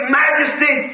majesty